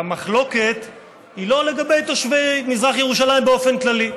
המחלוקת היא לא לגבי תושבי מזרח ירושלים באופן כללי,